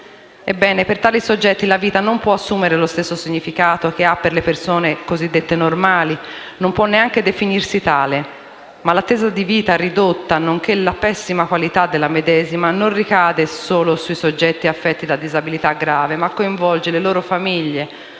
per tali soggetti la vita non può assumere lo stesso significato che ha per le persone cosiddette normali, e non può neanche definirsi tale. L'attesa di vita ridotta nonché la pessima qualità della medesima non ricade solo sui soggetti affetti da disabilità grave, ma coinvolge le loro famiglie